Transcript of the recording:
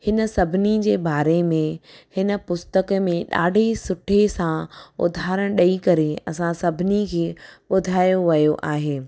हिन सभिनी जे बारे में हिन पुस्तक में ॾाढी सुठे सां उदाहरणु ॾेई करे असां सभिनी खे ॿुधायो वियो आहे